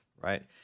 right